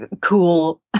cool